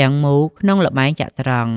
ទាំងមូលក្នុងល្បែងចត្រង្គ។